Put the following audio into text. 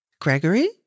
Gregory